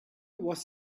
was